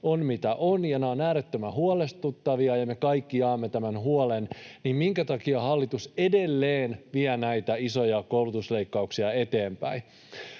ovat mitä ovat ja ne ovat äärettömän huolestuttavia ja me kaikki jaamme tämän huolen, niin minkä takia hallitus edelleen vie näitä isoja koulutusleikkauksia eteenpäin?